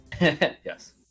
yes